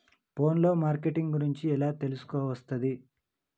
Phone లో marketing గురించి ఎలా తెలుసుకోవస్తది?